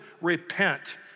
repent